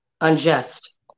Unjust